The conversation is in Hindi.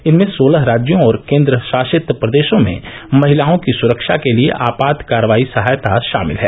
इनमें सोलह राज्यों और केन्द्र शासित प्रदेशों में महिलाओं की सुरक्षा के लिए आपात कार्रवाई सहायता शामिल हैं